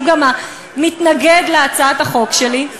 שהוא גם המתנגד להצעת החוק שלי,